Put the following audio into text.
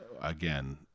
again